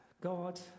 God